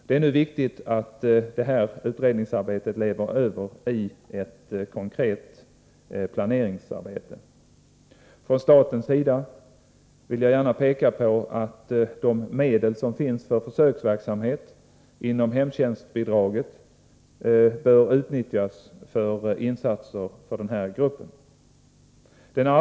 Det är viktigt att detta utredningsarbete nu omsätts i ett konkret planeringsarbete. Jag vill påpeka att de medel som finns för försöksverksamhet inom hemtjänstbidraget bör utnyttjas för insatser för den här gruppen.